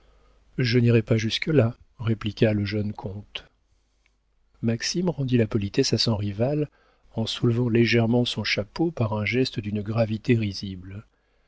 je n'irais pas jusque-là répliqua le jeune comte maxime rendit la politesse à son rival en soulevant légèrement son chapeau par un geste de gravité risible